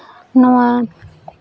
ᱱᱚᱣᱟ